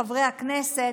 חברי הכנסת,